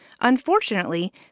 Unfortunately